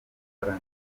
gukora